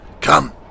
Come